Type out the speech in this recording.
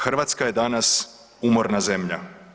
Hrvatska je danas umorna zemlja.